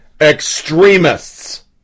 Extremists